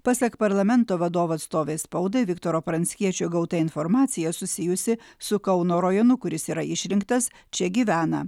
pasak parlamento vadovo atstovės spaudai viktoro pranckiečio gauta informacija susijusi su kauno rajonu kur jis yra išrinktas čia gyvena